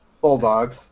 bulldogs